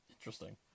Interesting